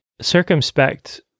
circumspect